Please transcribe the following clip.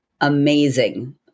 amazing